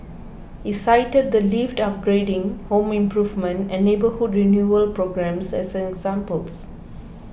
he cited the lift upgrading home improvement and neighbourhood renewal programmes as examples